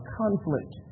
conflict